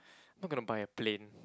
not gonna buy a plane